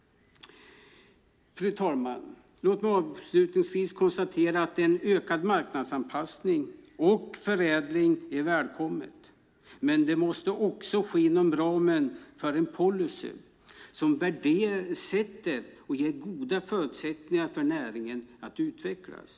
Fru talman! Låt mig avslutningsvis konstatera att en ökad marknadsanpassning och förädling är välkommet. Men det måste ske inom ramen för en policy som värdesätter näringen och ger den goda förutsättningar att utvecklas.